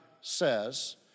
says